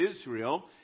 Israel